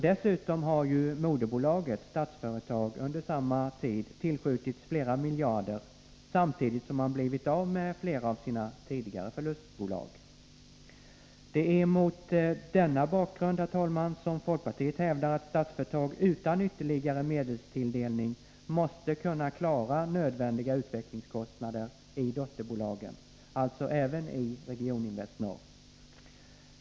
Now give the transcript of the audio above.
Dessutom har moderbolaget, Statsföretag, under samma tid tillskjutits flera miljarder, samtidigt som det har blivit av med flera av sina tidigare förlustbolag. Det är mot denna bakgrund folkpartiet hävdar att Statsföretag utan ytterligare medelstilldelning måste kunna klara nödvändiga utvecklingskostnader i dotterbolagen, alltså även i Regioninvest i Norr.